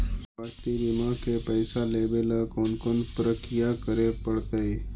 स्वास्थी बिमा के पैसा लेबे ल कोन कोन परकिया करे पड़तै?